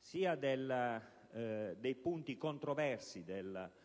sia dei punti controversi del rapporto